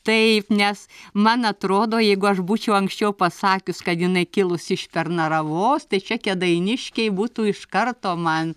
taip nes man atrodo jeigu aš būčiau anksčiau pasakius kad jinai kilusi iš pernaravos tai čia kėdainiškiai būtų iš karto man